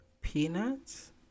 Peanuts